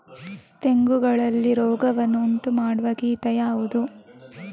ತೆಂಗುಗಳಲ್ಲಿ ರೋಗವನ್ನು ಉಂಟುಮಾಡುವ ಕೀಟ ಯಾವುದು?